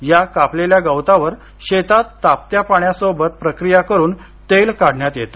या कापलेल्या गवतावर शेतात तापत्या पाण्यासोबत प्रक्रिया करून तेल काढण्यात येते